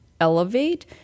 elevate